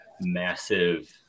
massive